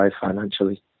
financially